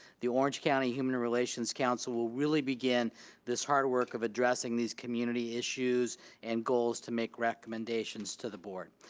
the orange county human relations council will really begin this hard work of addressing these community issues and goals to make recommendations to the board.